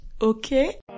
Okay